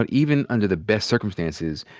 ah even under the best circumstances,